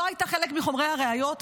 לא הייתה חלק מחומרי הראיות,